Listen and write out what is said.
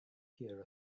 hear